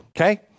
Okay